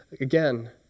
again